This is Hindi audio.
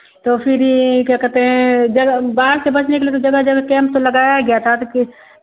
तो फिर ई क्या कहते हैं जग बाढ़ से बचने के लिए तो जगह जगह कैंप लगाया गया था तो कि